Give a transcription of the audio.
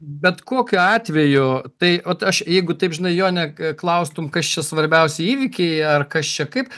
bet kokiu atveju tai vat aš jeigu taip žinai jone k klaustum kas čia svarbiausi įvykiai ar kas čia kaip